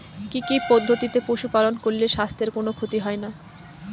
কি কি পদ্ধতিতে পশু পালন করলে স্বাস্থ্যের কোন ক্ষতি হয় না?